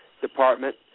department